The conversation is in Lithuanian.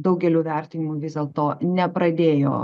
daugelių vertinimu vis dėlto nepradėjo